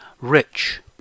rich